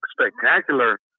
spectacular